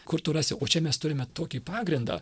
kur tu rasi o čia mes turime tokį pagrindą